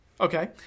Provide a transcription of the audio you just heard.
Okay